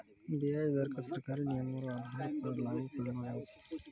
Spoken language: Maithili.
व्याज दर क सरकारी नियमो र आधार पर लागू करलो जाय छै